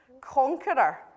conqueror